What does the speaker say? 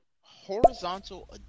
horizontal